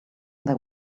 there